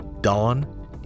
Dawn